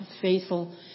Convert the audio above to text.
faithful